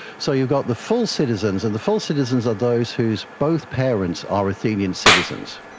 so you've got the full citizens, and the full citizens are those whose both parents are athenian citizens.